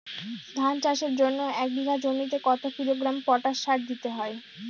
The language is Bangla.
ধান চাষের জন্য এক বিঘা জমিতে কতো কিলোগ্রাম পটাশ সার দিতে হয়?